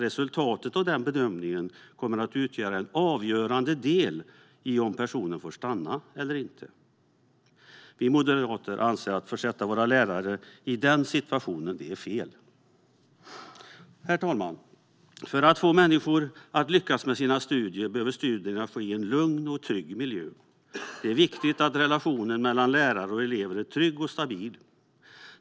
Resultatet av bedömningen kommer också att utgöra den avgörande delen i beslutet om personen ska få stanna eller inte. Vi moderater anser att det är fel att försätta våra lärare i den situationen. Herr talman! För att människor ska lyckas med sina studier behöver dessa ske i en lugn och trygg miljö. Det är viktigt att relationen mellan lärare och elev är trygg och stabil.